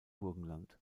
burgenland